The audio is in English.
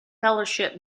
fellowship